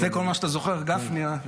זה כל מה שאתה זוכר, גפני, אה?